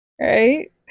right